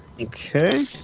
okay